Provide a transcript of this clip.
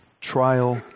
trial